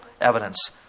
evidence